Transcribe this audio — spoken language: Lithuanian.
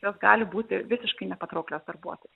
jos gali būti visiškai nepatrauklios darbuotojui